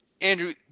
Andrew